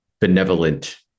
benevolent